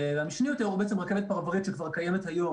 המשני יותר הוא רכבת פרברית שכבר קיימת היום